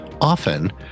Often